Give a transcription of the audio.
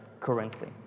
currently